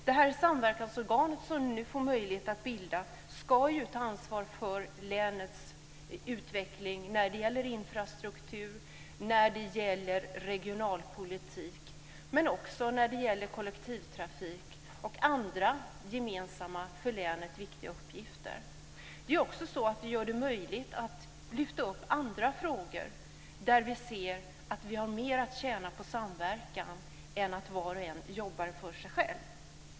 Det samverkansorgan som vi nu får möjlighet att bilda ska ta ansvar för länets utveckling när det gäller infrastruktur och regionalpolitik, men också när det gäller kollektivtrafik och andra gemensamma och för länet viktiga uppgifter. Det gör det också möjligt att lyfta upp andra frågor där vi ser att vi har mer att tjäna på samverkan än att var och en jobbar för sig själv.